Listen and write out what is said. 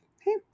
Hey